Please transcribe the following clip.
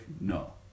no